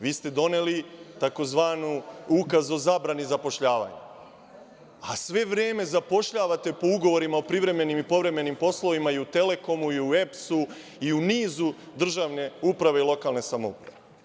Vi ste doneli tzv. ukaz o zabrani zapošljavanja, a sve vreme zapošljavate po ugovorima o privremenim i povremenim poslovima i u Telekomu i u EPS i u nizu državne uprave i lokalne samouprave.